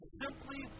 simply